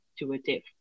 intuitive